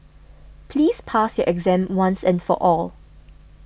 please pass your exam once and for all